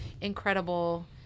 incredible